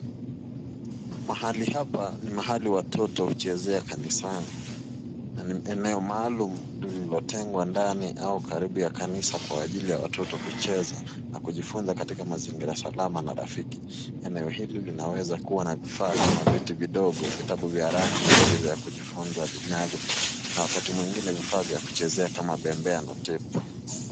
Mahali hapa ni mahali watoto huchezea kanisani na ni eneo maalum lililotengwa ndani au karibu ya kanisa kwa ajili ya watoto kucheza na kujifunza katika mazingira salama na rafiki. Eneo hili linaweza kuwa na vifaa kama viti vidogo, vitabu vya rangi, michezo ya kujifunza vinyago na wakati mwingine vifaa vya kuchezea kama bembea na tepu.